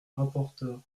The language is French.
rapporteur